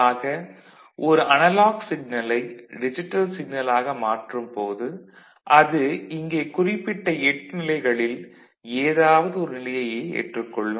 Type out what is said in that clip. ஆக ஒரு அனலாக் சிக்னலை டிஜிட்டல் சிக்னலாக மாற்றும் போது அது இங்கே குறிப்பிட்ட 8 நிலைகளில் ஏதாவது ஒரு நிலையையே ஏற்றுக் கொள்ளும்